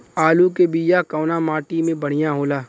आलू के बिया कवना माटी मे बढ़ियां होला?